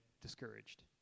discouraged